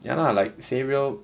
ya lah like say real